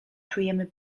czujemy